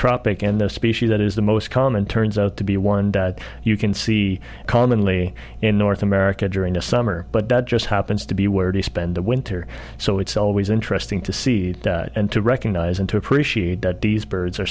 tropic and those species that is the most common turns out to be warned you can see commonly in north america during the summer but that just happens to be where to spend the winter so it's always interesting to see and to recognize and to appreciate that these birds are